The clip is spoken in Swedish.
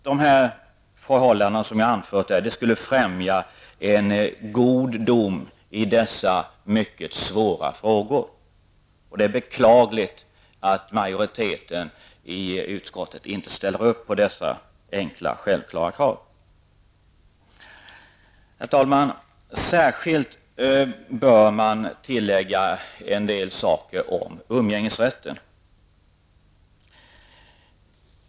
De faktorer som jag anfört skulle främja en god dom i dessa mycket svåra frågor. Det är beklagligt att utskottets majoritet inte ställer sig bakom dessa enkla självklara krav. Herr talman! Det bör särskilt tilläggas en del saker om umgängesrätten.